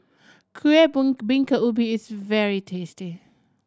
kuih bingka ubi is very tasty